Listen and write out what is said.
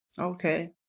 Okay